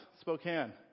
Spokane